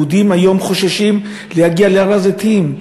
יהודים היום חוששים להגיע להר-הזיתים,